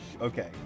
Okay